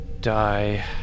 die